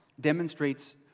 demonstrates